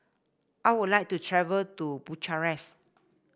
I would like to travel to Bucharest